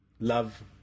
love